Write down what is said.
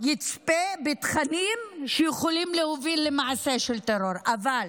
יצפה בתכנים שיכולים להביא למעשה של טרור, אבל